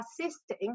assisting